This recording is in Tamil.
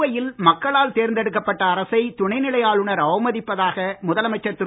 புதுவையில் மக்களால் தேர்ந்தெடுக்கப்பட்ட அரசை துணைநிலை ஆளுனர் அவமதிப்பதாக முதலமைச்சர் திரு